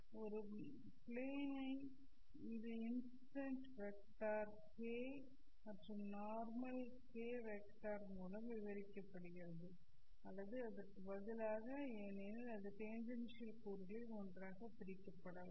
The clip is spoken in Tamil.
ஒரு பிளேன் ஐ இது இன்சிடென்ட் வெக்டர் k' மற்றும் நார்மல் k' வெக்டர் மூலம் விவரிக்கப்படுகிறது அல்லது அதற்கு பதிலாக ஏனெனில் இது டேன்ஜென்ஷியல் கூறுகளில் ஒன்றாக பிரிக்கப்படலாம்